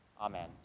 Amen